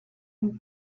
une